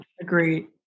Agreed